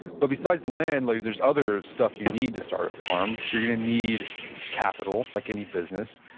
but besides the land, like there's other stuff you need to start a farm. so you're going to need capital like any business.